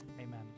Amen